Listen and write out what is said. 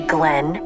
Glenn